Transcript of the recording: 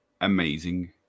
amazing